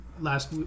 last